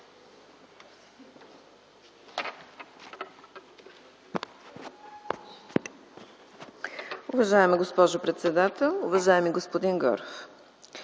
Уважаема госпожо председател, уважаеми господин Горов!